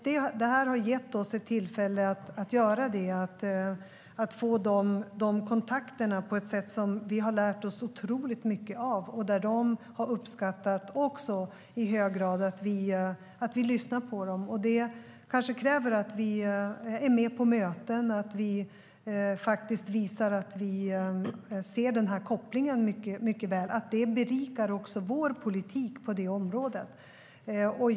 Detta har gett oss ett tillfälle att göra det och att få dessa kontakter på ett sätt som vi har lärt oss otroligt mycket av. De har också i hög grad uppskattat att vi lyssnar på dem. Det kanske kräver att vi är med på möten och att vi faktiskt visar att vi ser denna koppling mycket väl och att det berikar också vår politik på det området.